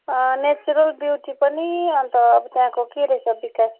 natural beauty पनि अन्त अब त्यहाँको के रहेछ विकास